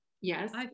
Yes